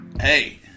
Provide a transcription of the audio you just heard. Hey